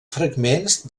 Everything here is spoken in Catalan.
fragments